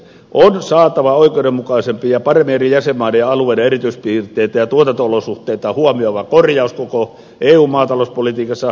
on saatava oikeudenmukaisempi ja paremmin eri jäsenmaiden ja alueiden erityispiirteitä ja tuotanto olosuhteita huomioiva korjaus koko eun maatalouspolitiikassa